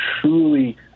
truly